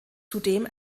zudem